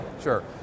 Sure